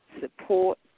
Support